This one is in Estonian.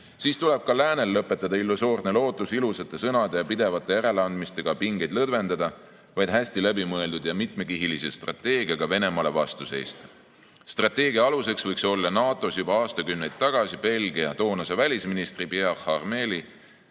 siis tuleb ka läänel lõpetada illusoorne lootus ilusate sõnade ja pidevate järeleandmistega pingeid lõdvendada, vaid hästi läbimõeldud ja mitmekihilise strateegiaga Venemaale vastu seista. Strateegia aluseks võiks olla NATO-s juba aastakümneid tagasi Belgia toonase välisministri Pierre Harmeli